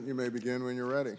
you may begin when you're ready